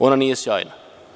Ona nije sjajna.